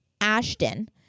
Ashton